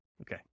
Okay